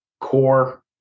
core